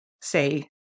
say